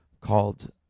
called